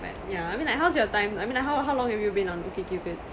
but yeah I mean like how's your time I mean li~ like how how long have you been on OkCupid